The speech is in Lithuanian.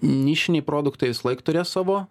nišiniai produktai visąlaik turės savo